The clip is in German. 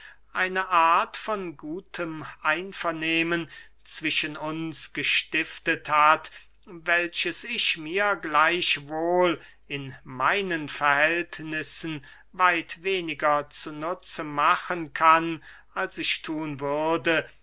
eine art von gutem vernehmen zwischen uns gestiftet hat welches ich mir gleichwohl in meinen verhältnissen weit weniger zu nutze machen kann als ich thun würde